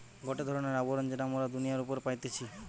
গটে ধরণের আবরণ যেটা মোরা দুনিয়ার উপরে পাইতেছি